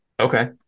Okay